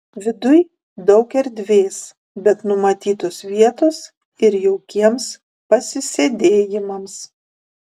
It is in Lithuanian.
viduj daug erdvės bet numatytos vietos ir jaukiems pasisėdėjimams